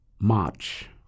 March